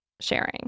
sharing